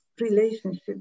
relationship